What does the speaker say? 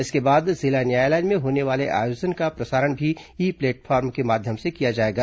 इसके बाद जिला न्यायालय में होने वाले आयोजन का प्रसारण भी ई प्लेटफॉर्म के माध्यम से किया जाएगा